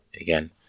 again